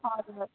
हजुर